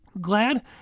Glad